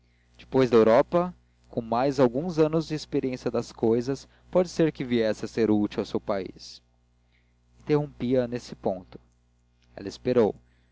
depois da europa com mais alguns anos e experiência das cousas pode ser que viesse a ser útil ao seu país interrompi a nesse ponto ela esperou